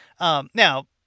Now